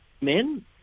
men